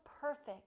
perfect